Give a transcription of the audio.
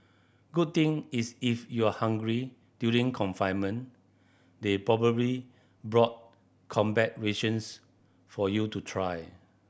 good thing is if you're hungry during confinement they probably bought combat rations for you to try